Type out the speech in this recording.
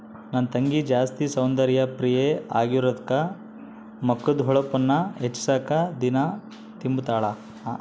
ನನ್ ತಂಗಿ ಜಾಸ್ತಿ ಸೌಂದರ್ಯ ಪ್ರಿಯೆ ಆಗಿರೋದ್ಕ ಮಕದ್ದು ಹೊಳಪುನ್ನ ಹೆಚ್ಚಿಸಾಕ ದಿನಾ ತಿಂಬುತಾಳ